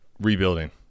rebuilding